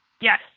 Yes